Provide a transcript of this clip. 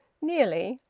nearly.